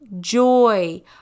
joy